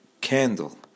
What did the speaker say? candle